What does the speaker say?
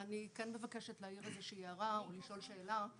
אני מבקשת להעיר הערה או לשאול שאלה.